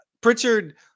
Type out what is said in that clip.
Pritchard